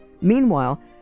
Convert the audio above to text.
Meanwhile